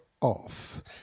off